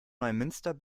neumünster